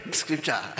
scripture